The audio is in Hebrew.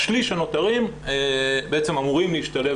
ה-1/3 הנותרים אמורים להשתלב בתהליכי